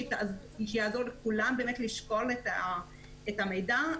שיעזרו לכולם לשקול את המידע,